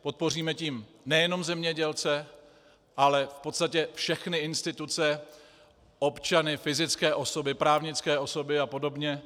Podpoříme tím nejenom zemědělce, ale v podstatě všechny instituce, občany, fyzické osoby, právnické osoby apod.